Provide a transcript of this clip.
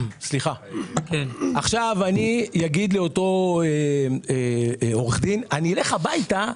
אני אגיד לאותו עורך דין שאני אלך הביתה,